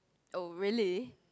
oh really